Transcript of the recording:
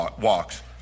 walks